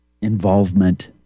involvement